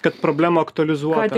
kad problema aktualizuota